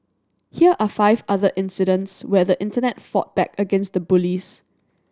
here are five other incidents where the Internet fought back against the bullies